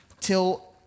till